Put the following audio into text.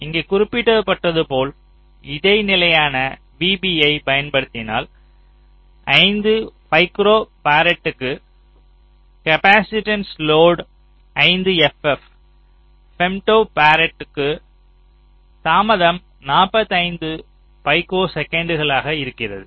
இங்கே குறிப்பிட்டுள்ளது போல் இடைநிலையான vB யை பயன்படுத்தினால் 5 பைக்கோபாரட்க்கு காப்பாசிட்டன்ஸ் லோடு 5 ff ஃபெம்டோபரட்க்கு தாமதம் 45 பைக்கோசெகண்டுகளாக இருக்கிறது